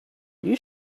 you